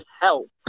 help